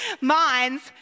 minds